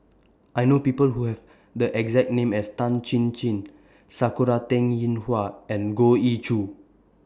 I know People Who Have The exact name as Tan Chin Chin Sakura Teng Ying Hua and Goh Ee Choo